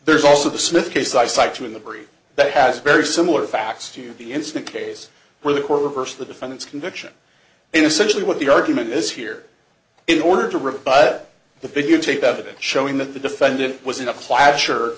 there's also the smith case i cited in the group that has very similar facts to the instant case where the court reversed the defendant's conviction and essentially what the argument is here in order to rebut the videotaped evidence showing that the defendant was in a clash or